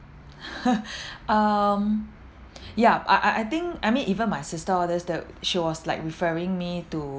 um yup I I I think I mean even my sister all this dou~ she was like referring me to